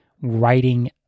writing